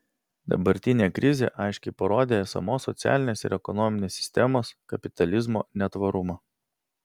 dabartinė krizė aiškiai parodė esamos socialinės ir ekonominės sistemos kapitalizmo netvarumą